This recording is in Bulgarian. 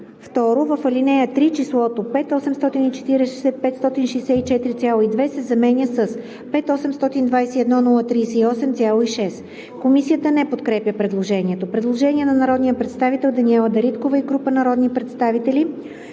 2. В ал. 3 числото „5 840 564,2“ се заменя с „5 821 038,6“.“ Комисията не подкрепя предложението. Предложение на народния представител Даниела Дариткова и група народни представители.